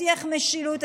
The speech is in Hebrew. הבטיח משילות,